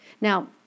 Now